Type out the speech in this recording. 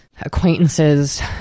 acquaintances